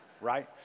right